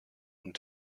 und